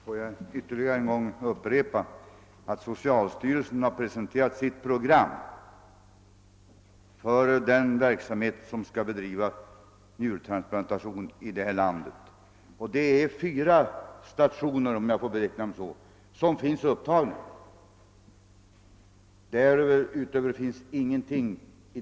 Herr talman! Får jag än en gång upprepa att socialstyrelsen har presenterat sitt program för njurtransplantationsverksamheten här i landet, och i det finns fyra stationer upptagna. Därutöver finns ingenting.